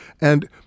And-